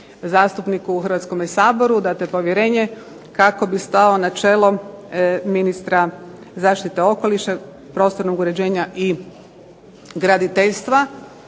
zastupniku u Hrvatskome saboru date povjerenje kako bi stao na čelo ministra zaštite okoliša, prostornog uređenja i graditeljstva.